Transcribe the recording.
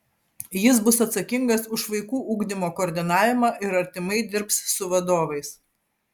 jis bus atsakingas už vaikų ugdymo koordinavimą ir artimai dirbs su vadovais